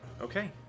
okay